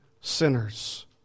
sinners